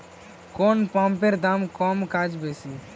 কোন পাম্পের দাম কম কাজ বেশি?